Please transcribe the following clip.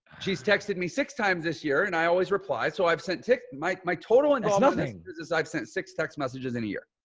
she's texted me six times this year and i always reply. so i've sent tick my my total. and ah this is i've sent six text messages in a year.